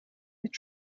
mit